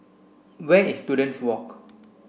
where is Students Walk